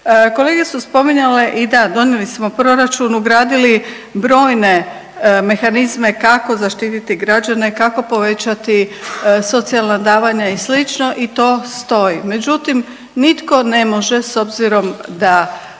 Kolege su spominjale i da, donijeli smo proračun, ugradili brojne mehanizme kako zaštititi građane, kako povećati socijalna davanja i slično i to stoji, međutim nitko ne može s obzirom da